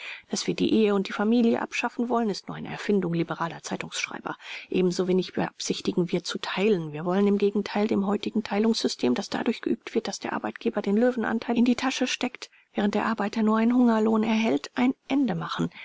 daß wir die ehe und die familie abschaffen wollen ist nur eine erfindung liberaler zeitungsschreiber ebensowenig beabsichtigen wir zu teilen wir wollen im gegenteil dem heutigen teilungssystem das dadurch geübt wird daß der arbeitgeber den löwenanteil in die tasche steckt während der arbeiter nur einen hungerlohn erhält ein ende machen